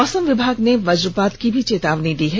मौसम विभाग ने वजपात की भी चेतावनी दी है